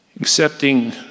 Accepting